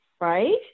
right